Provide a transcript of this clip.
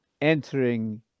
entering